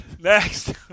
next